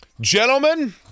Gentlemen